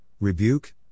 rebuke